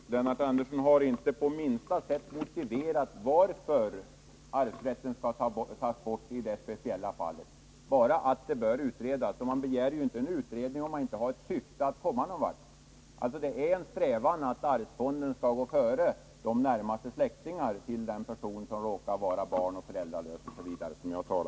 Herr talman! Lennart Andersson har inte på minsta sätt motiverat varför arvsrätten skall tas bort i det här speciella fallet. Han har bara hänvisat till att frågan bör utredas. Men man begär ju inte en utredning om man inte har syftet att komma någon vart. Jag ser det som att man har en strävan att arvsfonden skall gå före de närmaste släktingarna till den person som råkar vara barnoch föräldralös.